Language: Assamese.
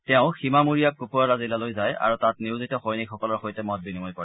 তেওঁ সীমামূৰীয়া কুপৱাৰা জিলালৈ যায় আৰু তাত নিয়োজিত সৈনিকসকলৰ সৈতে মত বিনিময় কৰে